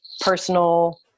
personal